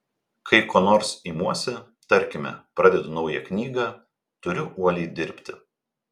kai ko nors imuosi tarkime pradedu naują knygą turiu uoliai dirbti